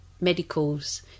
medicals